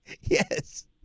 Yes